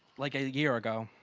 like a year ago.